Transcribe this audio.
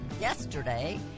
yesterday